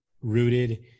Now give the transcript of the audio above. rooted